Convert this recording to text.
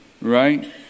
right